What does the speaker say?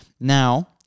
Now